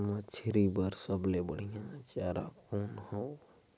मछरी बर सबले बढ़िया चारा कौन हवय?